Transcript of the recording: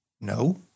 No